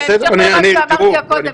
גם בהמשך למה שאמרת קודם,